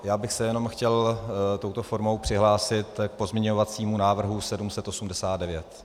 Já bych se jenom chtěl touto formou přihlásit k pozměňovacímu návrhu 789.